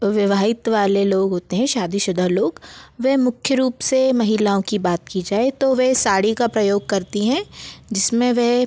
विवाहित वाले लोग होते हैं शादीशुदा लोग वह मुख्य रूप से महिलाओं की बात की जाए तो वह साड़ी का प्रयोग करती हैं जिसमें वह